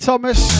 Thomas